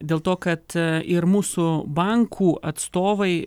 dėl to kad ir mūsų bankų atstovai